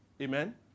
Amen